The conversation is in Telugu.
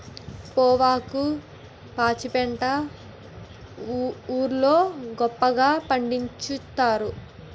పొవ్వాకు పాచిపెంట ఊరోళ్లు గొప్పగా పండిచ్చుతారు